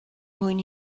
mwyn